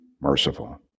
merciful